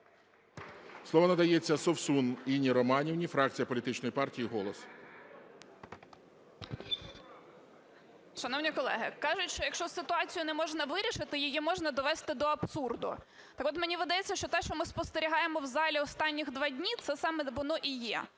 Слово надається Совсун Інні Романівні, фракція політичної партії "Голос". 11:45:11 СОВСУН І.Р. Шановні колеги! Кажуть, якщо ситуацію не можна вирішити, її можна довести до абсурду. Так от мені видається, що те, що ми спостерігаємо в залі останніх два дні, це саме воно і є.